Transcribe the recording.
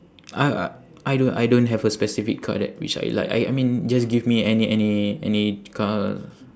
I I don't I don't have a specific car that which I like I I mean just give me any any any car